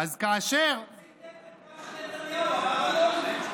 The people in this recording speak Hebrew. אז כאשר, הוא ציטט את מה שנתניהו אמר על אולמרט.